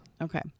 Okay